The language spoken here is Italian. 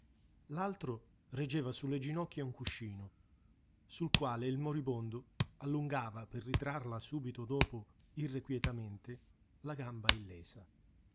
l'altro reggeva su le ginocchia un cuscino sul quale il moribondo allungava per ritrarla subito dopo irrequietamente la gamba illesa